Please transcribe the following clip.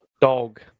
dog